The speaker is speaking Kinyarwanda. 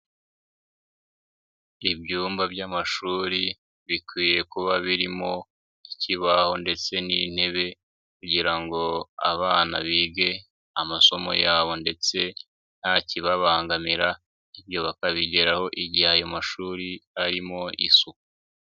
Ibyumba by'amashuri bikwiye kuba birimo ikibaho ndetse n'intebe, kugira ngo abana bige amasomo yabo ndetse nta kibabangamira, ibyo bakabigeraho igihe ayo mashuri arimo isuku.